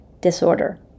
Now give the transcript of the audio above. Disorder